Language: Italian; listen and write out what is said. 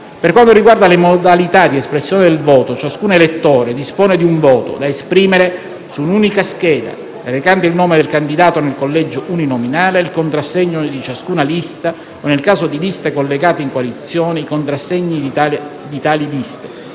Per quanto riguarda le modalità di espressione del voto, ciascun elettore dispone di un voto da esprimere su un'unica scheda, recante il nome del candidato nel collegio uninominale e il contrassegno di ciascuna lista o, nel caso di liste collegate in coalizione, i contrassegni di tali liste,